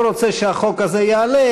לא רוצה שהחוק הזה יעלה,